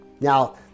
Now